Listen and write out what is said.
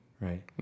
right